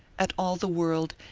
at all the world,